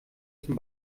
zum